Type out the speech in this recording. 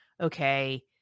okay